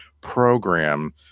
program